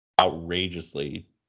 outrageously